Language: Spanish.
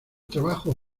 trabajo